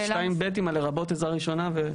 2(ב) עם "לרבות עזרה ראשונה"